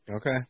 Okay